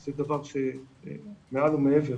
שזה דבר שמעל ומעבר,